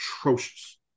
atrocious